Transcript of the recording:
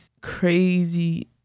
crazy